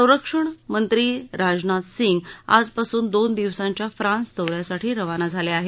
संरक्षण मंत्री राजनाथ सिंग आजपासून दोन दिवसांच्या फ्रान्स दौऱ्यासाठी रवाना झाले आहेत